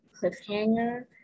cliffhanger